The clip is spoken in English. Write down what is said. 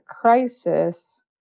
crisis